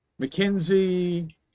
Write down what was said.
McKinsey